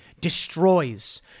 destroys